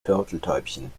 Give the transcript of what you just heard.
turteltäubchen